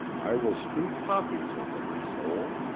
i will strew poppies over her soul.